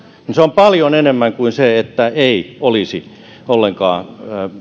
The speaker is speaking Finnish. on paljon enemmän kuin se että ei olisi ollenkaan